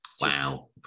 Wow